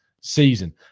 Season